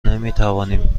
نمیتوانیم